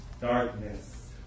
Darkness